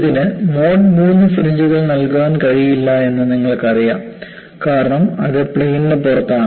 ഇതിന് മോഡ് 3 ഫ്രിഞ്ച്കൾ നൽകാൻ കഴിയില്ലെന്ന് നിങ്ങൾക്കറിയാം കാരണം അത് പ്ലെയിന് പുറത്താണ്